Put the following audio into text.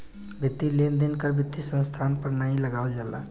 वित्तीय लेन देन कर वित्तीय संस्थान पर नाहीं लगावल जाला